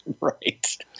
Right